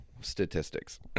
statistics